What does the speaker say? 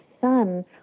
son